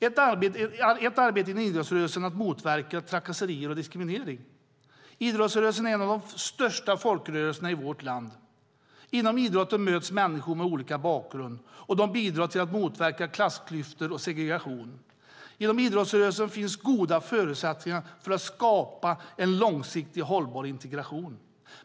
Ett arbete inom idrottsrörelsen är att motverka trakasserier och diskriminering. Idrottsrörelsen är en av de största folkrörelserna i vårt land. Inom idrotten möts människor med olika bakgrund, och de bidrar till att motverka klassklyftor och segregation. Genom idrottsrörelsen finns goda förutsättningar för att skapa en långsiktig och hållbar integration.